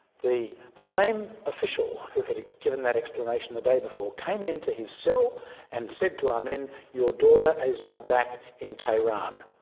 the same official who had given that explanation the day before came into his cell and said to amin your daughter is now back in tehran.